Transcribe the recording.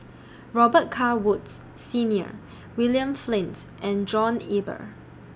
Robet Carr Woods Senior William Flint and John Eber